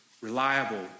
reliable